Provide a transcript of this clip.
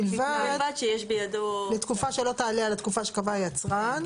לתקופה שלא תעלה על התקופה שקבע היצרן.